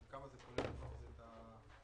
וכמה זה כולל את ה ---?